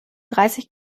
dreißig